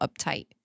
uptight